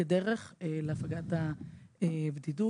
כדרך להפגת הבדידות.